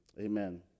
amen